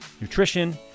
nutrition